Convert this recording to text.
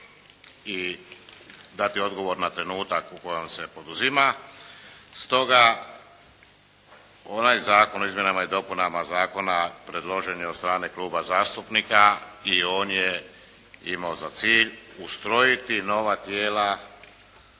i dati odgovor na trenutak u kojem se poduzima. Stoga onaj Zakon o izmjenama i dopunama Zakona predložen je od strane Kluba zastupnika i on je imao za cilj ustrojiti nova tijela